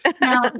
Now